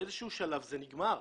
באיזשהו שלב זה נגמר.